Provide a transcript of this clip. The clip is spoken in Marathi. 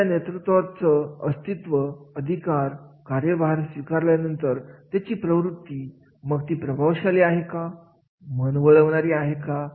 एखाद्या नेतृत्वाचं अस्तित्व अधिकार कार्यभार स्वीकारल्यानंतर त्याची प्रवृत्ती मग ती प्रभावशाली आहे का मन वळणारे आहे का